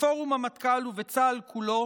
בפורום המטכ"ל ובצה"ל כולו,